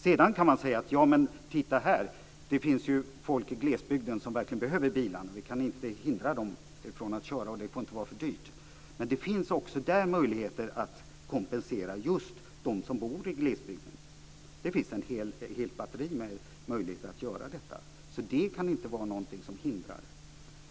Sedan kan man säga att det finns folk i glesbygden som verkligen behöver bilen, att vi inte kan hindra dem från att använda den och att det inte får vara för dyrt. Men det finns möjligheter att kompensera dem som bor i glesbygd. Det finns ett helt batteri av åtgärder, så det kan inte vara något hinder.